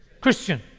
Christian